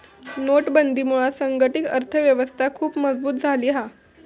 नोटबंदीमुळा संघटीत अर्थ व्यवस्था खुप मजबुत झाली हा